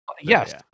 Yes